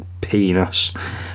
penis